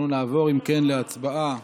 אם כן, אנחנו נעבור להצבעה